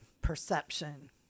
perception